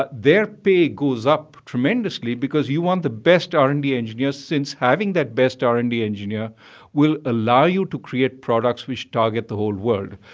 but their pay goes up tremendously because you want the best r and d engineer since having that best r and d engineer will allow you to create products which target the whole world.